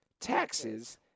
taxes